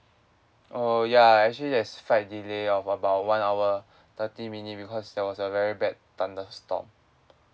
oh ya actually there's flight delay of about one hour thirty minute because there was a very bad thunderstorm